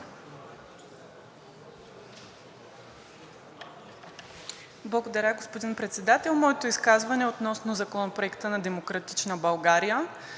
Благодаря, господин Председател. Моето изказване е относно Законопроекта на „Демократична България“.